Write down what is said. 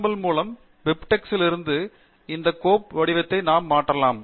ல் மூலம் பிப்டெக்ஸ் இலிருந்து இந்த கோப்பு வடிவத்தை இப்போது மாற்றலாம்